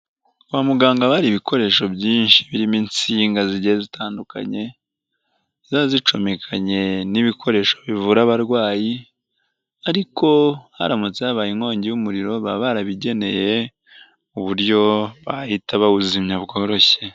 Kwa muganga haba hari ibikoresho byinshi birimo insinga zigiye zitandukanye, ziba zicomekanye n'ibikoresho bivura abarwayi, ariko haramutse habaye inkongi y'umuriro baba barabigeneye uburyo bahita bawuzimya byoroshye.